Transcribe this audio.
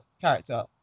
character